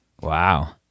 Wow